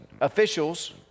officials